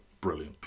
brilliant